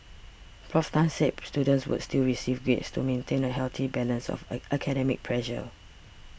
Prof Tan said students would still receive grades to maintain a healthy balance of academic pressure